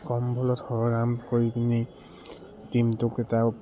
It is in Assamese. কম বলত সৰহ ৰান কৰি পিনি টিমটোক এটা